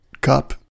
cup